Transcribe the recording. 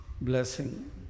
blessing